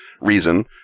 reason